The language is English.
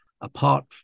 apart